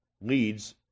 leads